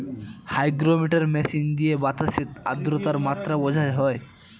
hygrometer machine দিয়ে বাতাসের আদ্রতার মাত্রা বোঝা হয়